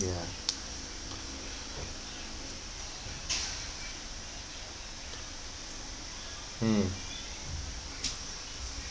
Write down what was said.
ya mm